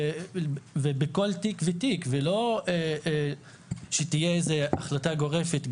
ובכל תיק ותיק ולא שתהיה איזו החלטה גורפת.